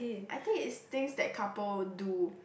I think it's things that couple do